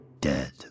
dead